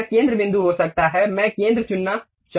यह केंद्र बिंदु हो सकता है मैं केंद्र चुनना चाहूंगा